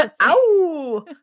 Ow